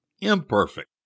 imperfect